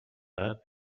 that